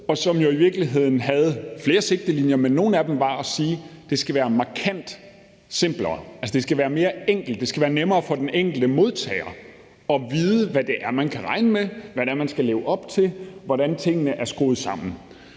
og som jo i virkeligheden havde flere sigtelinjer, men nogle af dem var at sige, at det skal være markant simplere, altså det skal være mere enkelt, det skal være nemmere for den enkelte modtager at vide, hvad det er, man kan regne med, hvad man skal leve op til, hvordan tingene er skruet sammen.